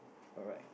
alright